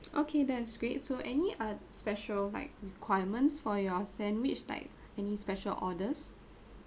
okay that is great so any uh special like requirements for your sandwich like any special orders